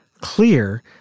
clear